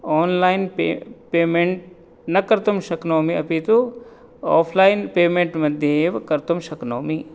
online pay payment न कर्तुं शक्नोमि अपि तु आफ़्लैन् पेमेण्ट् मध्ये एव कर्तुं शक्नोमि